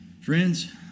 Friends